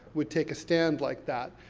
would take a stand like that.